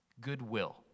goodwill